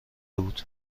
بود